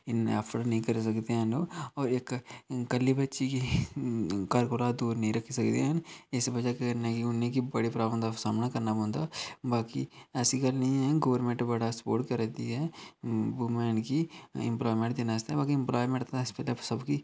इन्ना ऐफ्ड निं करी सकदे हैन ओह् इक कल्ली बच्ची गी घर कोला दूर नेईं रक्खी सकदे हैन इस बजह् कन्नै कि उ'नेंगी बड़ी प्राब्लमें दा सामना करना पौंदा बाकी ऐसी गल्ल निं ऐ गौरमैंट बड़ा सपोर्ट करा दी ऐ बूमैन गी इंपलायमैंट देनी आस्तै बाकी इंपलायमैंट ते इस बेल्लै सब गी